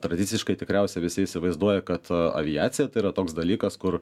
tradiciškai tikriausia visi įsivaizduoja kad aviacija tai yra toks dalykas kur